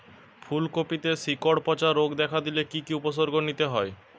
ফুলকপিতে শিকড় পচা রোগ দেখা দিলে কি কি উপসর্গ নিতে হয়?